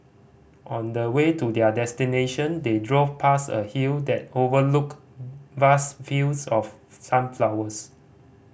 on the way to their destination they drove past a hill that overlooked vast fields of sunflowers